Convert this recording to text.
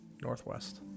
northwest